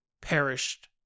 perished